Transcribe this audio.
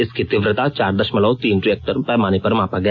इसकी तीव्रता चार दशमलव तीन रिएक्टर पैमाने पर मापा गया